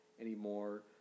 anymore